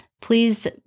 Please